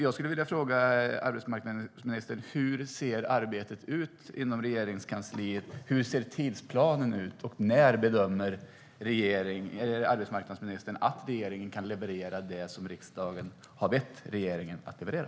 Jag vill fråga arbetsmarknadsministern: Hur ser arbetet ut inom Regeringskansliet? Hur ser tidsplanen ut? När bedömer arbetsmarknadsministern att regeringen kan leverera det som riksdagen har bett regeringen att leverera?